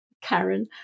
Karen